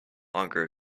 longer